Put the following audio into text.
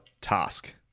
Task